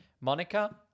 Monica